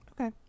Okay